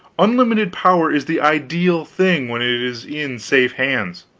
unlimited power is the ideal thing when it is in safe hands.